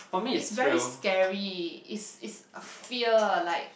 is very scary is is a fear like